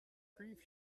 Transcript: grief